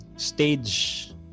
Stage